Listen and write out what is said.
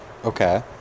Okay